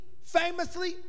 famously